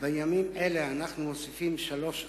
בימים אלה אנחנו מוסיפים שלוש ערים: